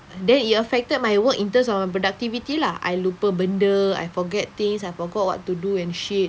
then it affected my work in terms of productivity lah I lupa benda I forget things I forgot what to do and shit